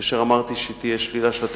כאשר אמרתי שתהיה שלילה של התקציב,